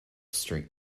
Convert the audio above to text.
string